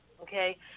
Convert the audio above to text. Okay